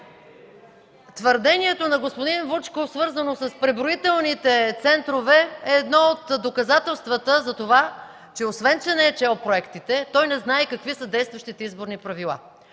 Твърдението на господин Вучков, свързано с преброителните центрове, е едно от доказателствата за това, че освен че не е чел проектите, той не знае какви са действащите изборни правила.